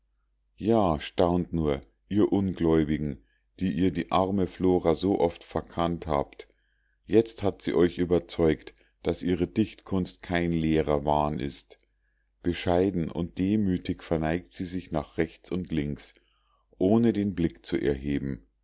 ja staunt nur ihr ungläubigen die ihr die arme flora so oft verkannt habt jetzt hat sie euch überzeugt daß ihre dichtkunst kein leerer wahn ist bescheiden und demütig verneigt sie sich nach rechts und links ohne den blick zu erheben